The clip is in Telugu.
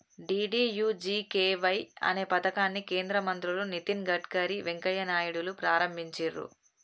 డీ.డీ.యూ.జీ.కే.వై అనే పథకాన్ని కేంద్ర మంత్రులు నితిన్ గడ్కరీ, వెంకయ్య నాయుడులు ప్రారంభించిర్రు